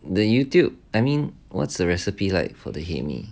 the youtube I mean what's the recipe like for the hae mee